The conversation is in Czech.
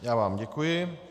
Já vám děkuji.